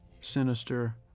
sinister